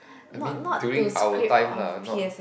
I mean during our time lah not